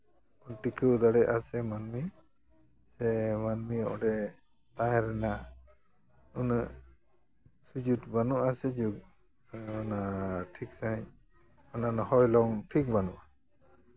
ᱴᱤᱠᱟᱹᱣ ᱫᱟᱲᱮᱭᱟᱜᱼᱟ ᱥᱮ ᱢᱟᱹᱱᱢᱤ ᱥᱮ ᱢᱟᱹᱱᱢᱤ ᱚᱸᱰᱮ ᱛᱟᱦᱮᱱ ᱨᱮᱱᱟᱜ ᱩᱱᱟᱹᱜ ᱥᱩᱡᱳᱜᱽ ᱵᱟᱹᱱᱩᱜᱼᱟ ᱥᱩᱡᱳᱜᱽ ᱚᱱᱟ ᱴᱷᱤᱠ ᱥᱟᱺᱦᱤᱡ ᱚᱱᱟ ᱨᱮᱱᱟᱜ ᱦᱚᱭᱥᱞᱚᱝ ᱴᱷᱤᱠ ᱵᱟᱹᱱᱩᱜᱼᱟ